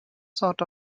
sort